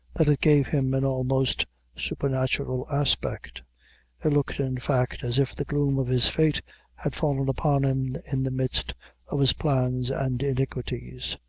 that it gave him an almost supernatural aspect it looked in fact, as if the gloom of his fate had fallen upon him in the midst of his plans and iniquities.